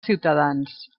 ciutadans